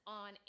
on